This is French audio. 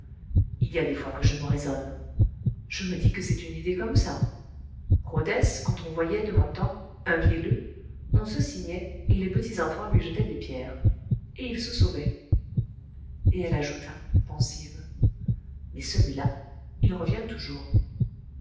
il y a des fois que je me raisonne je me dis que c'est une idée comme ça rodez quand on voyait de mon temps un vielleux on se signait et les petits enfants lui jetaient des pierres et il se sauvait et elle ajouta pensive mais celui-là il revient toujours